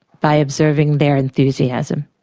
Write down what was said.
by observing their enthusiasm.